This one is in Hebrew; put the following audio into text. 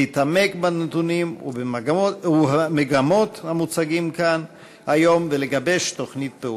להתעמק בנתונים ובמגמות המוצגים כאן היום ולגבש תוכנית פעולה.